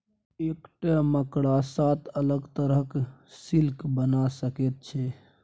एकटा मकड़ा सात अलग तरहक सिल्क बना सकैत छै